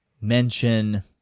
mention